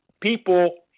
people